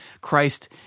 Christ